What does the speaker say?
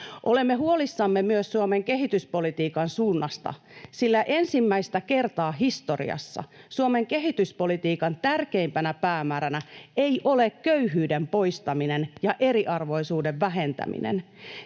Olemme huolissamme myös Suomen kehityspolitiikan suunnasta, sillä ensimmäistä kertaa historiassa Suomen kehityspolitiikan tärkeimpänä päämääränä ei ole köyhyyden poistaminen ja eriarvoisuuden vähentäminen,